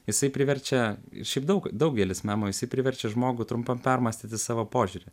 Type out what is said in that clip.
jisai priverčia ir šiaip daug daugelis memų jisai priverčia žmogų trumpam permąstyti savo požiūrį